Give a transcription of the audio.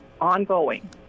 ongoing